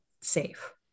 safe